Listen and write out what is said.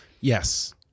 yes